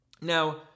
Now